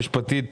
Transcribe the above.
היועצת המשפטית